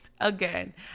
again